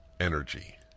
energy